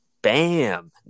Bam